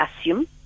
assume